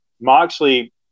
Moxley